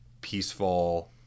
peaceful